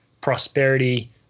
prosperity